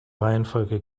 reihenfolge